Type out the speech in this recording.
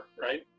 right